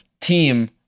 team